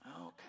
okay